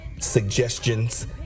suggestions